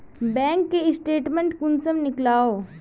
Bank के statement कुंसम नीकलावो?